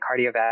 cardiovascular